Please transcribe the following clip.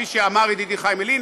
וכפי שאמר ידידי חיים ילין,